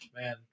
man